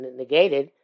negated